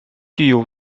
具有